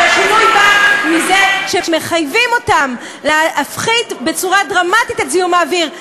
אבל השינוי בא מזה שמחייבים אותם להפחית בצורה דרמטית את זיהום האוויר.